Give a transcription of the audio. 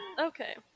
Okay